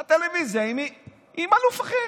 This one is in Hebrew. בטלוויזיה, עם אלוף אחר.